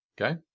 Okay